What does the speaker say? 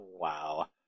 Wow